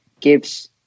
gives